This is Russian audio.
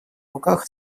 руках